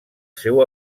seu